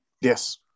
Yes